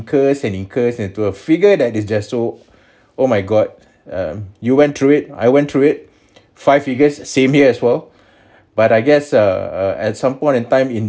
incurs and incurs into a figure that is just so oh my god err you went through it I went through it five figures same here as well but I guess err at some point in time in